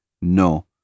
No